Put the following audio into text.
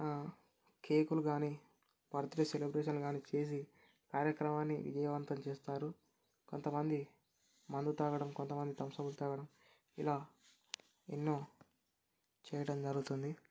కేకులు గానీ birthday celebration గానీ చేసి కార్యక్రమాన్ని విజయవంతం చేస్తారు కొంతమంది మందు తాగడం కొంతమంది తమ్సప్లు తాగడం ఇలా ఎన్నో చేయడం జరుగుతుంది